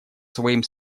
своим